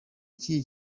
ikihe